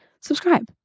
subscribe